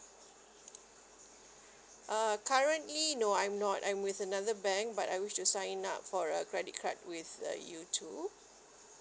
uh currently no I'm not I'm with another bank but I wish to sign up for a credit card with uh you too